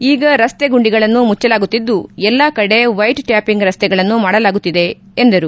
ಈಗ ರಸ್ತೆ ಗುಂಡಿಗಳನ್ನು ಮುಚ್ಚಲಾಗುತ್ತಿದ್ದು ಎಲ್ಲಾ ಕಡೆ ವೈಟ್ಟ್ಯಾಪಿಂಗ್ ರಸ್ತೆಗಳನ್ನು ಮಾಡಲಾಗುತ್ತಿದೆ ಎಂದರು